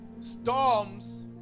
Storms